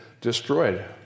destroyed